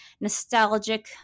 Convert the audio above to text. nostalgic